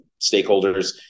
stakeholders